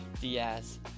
Diaz